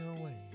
away